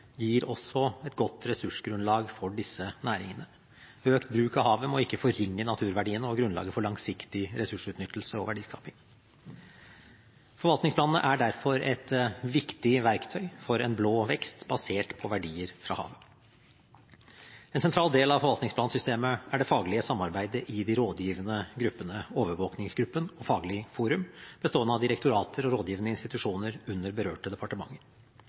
gir også et godt ressursgrunnlag for disse næringene. Økt bruk av havet må ikke forringe naturverdiene og grunnlaget for langsiktig ressursutnyttelse og verdiskaping. Forvaltningsplanene er derfor et viktig verktøy for en blå vekst basert på verdier fra havet. En sentral del av forvaltningsplansystemet er det faglige samarbeidet i de rådgivende gruppene Overvåkingsgruppen og Faglig forum, bestående av direktorater og rådgivende institusjoner under berørte departementer.